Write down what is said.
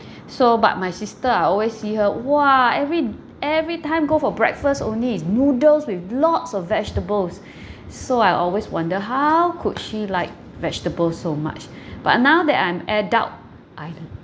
so but my sister I always see her !wah! every every time go for breakfast only it's noodles with lots of vegetables so I always wonder how could she like vegetable so much but now that I'm adult I